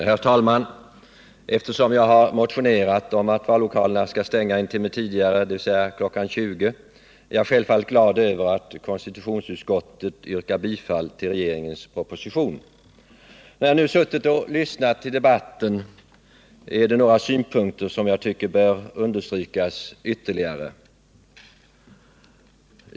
Herr talman! Eftersom jag har motionerat om att vallokalerna skall stängas en timme tidigare, dvs. kl. 20, är jag självfallet glad över att konstitutionsutskottet har tillstyrkt propositionen om att stänga just kl. 20. När jag nu suttit och lyssnat på debatten tycker jag att det är några synpunkter som bör understrykas ytterligare.